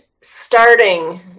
starting